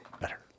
better